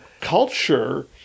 culture